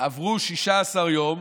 עברו 16 יום,